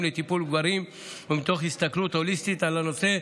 לטיפול בגברים ומתוך הסתכלות הוליסטית על הנושא.